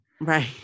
Right